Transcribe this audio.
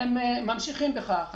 הם גם ממשיכים בכך.